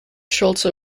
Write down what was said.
schulze